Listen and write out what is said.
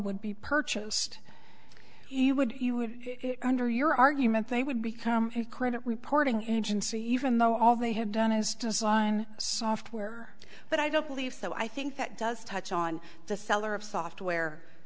would be purchased you would you would under your argument they would become a credit reporting agency even though all they have done is design software but i don't believe so i think that does touch on the seller of software